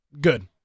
good